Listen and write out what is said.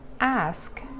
ask